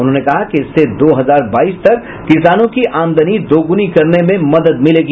उन्होंने कहा कि इससे दो हजार बाईस तक किसानों की आमदनी दोगुनी करने में मदद मिलेगी